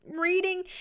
reading